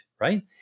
Right